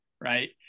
right